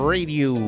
Radio